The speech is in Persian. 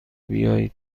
بیایی